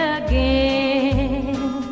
again